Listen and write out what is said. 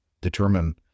determine